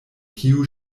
kiun